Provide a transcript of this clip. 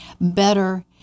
better